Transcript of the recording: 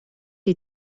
die